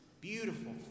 beautiful